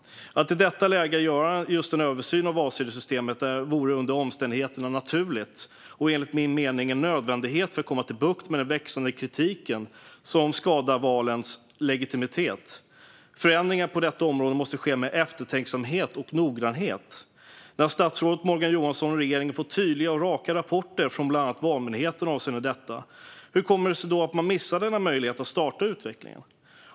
Att i detta läge göra en översyn av valsedelssystemet vore under omständigheterna naturligt och är enligt min mening en nödvändighet för att få bukt med den växande kritiken, som skadar valens legitimitet. Förändringar på detta område måste ske med eftertänksamhet och noggrannhet. Statsrådet Morgan Johansson och regeringen får tydliga och raka rapporter från bland annat Valmyndigheten avseende detta. Hur kommer det sig då att de missar denna möjlighet att starta utvecklingen?